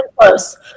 close